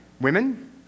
Women